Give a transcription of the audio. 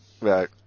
Right